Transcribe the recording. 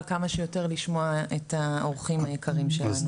לשמוע כמה שיותר את האורחים היקרים שלנו.